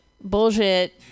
bullshit